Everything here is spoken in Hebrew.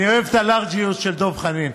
אני אוהב את הלארג'יות של דב חנין.